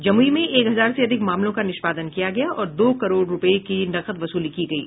जमुई में एक हजार से अधिक मामलों का निष्पादन किया गया और दो करोड़ रूपये की नकद वसूली की गयी